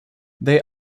they